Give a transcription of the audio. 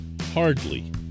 hardly